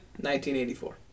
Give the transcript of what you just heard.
1984